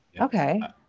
Okay